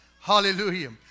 Hallelujah